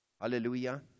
Hallelujah